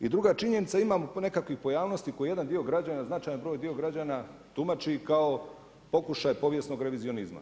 I druga činjenica imamo nekakvih pojavnosti koji jedan dio građana, značaj broj dio građana tumači kao pokušaj povijesnog revizionizma.